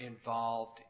involved